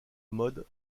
mode